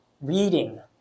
reading